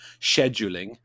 scheduling